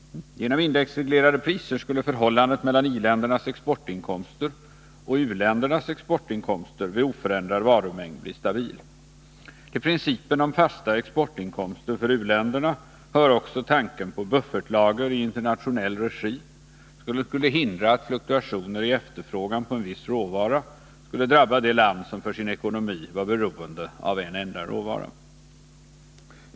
Genom indexreglerade priser skulle förhållandet mellan i-ländernas exportinkomster och u-ländernas exportinkomster vid oförändrad varumängd bli stabil. Till principen om fasta exportinkomster för u-länderna hör också tankar om buffertlager i internationell regi, som skulle hindra att fluktuationer i efterfrågan på en viss råvara skulle drabba det land som för sin ekonomi var beroende av en enda råvara.